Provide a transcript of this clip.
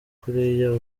kuriya